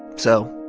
so